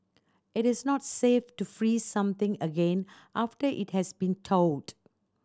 it is not safe to freeze something again after it has been thawed